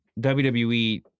WWE